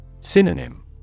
Synonym